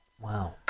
Wow